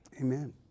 Amen